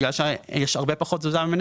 בגלל שיש הרבה פחות מניות,